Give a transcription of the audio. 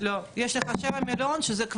בנושא: היערכות הרשות לניהול המאגר הביומטרי לסיום